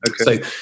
okay